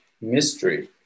mystery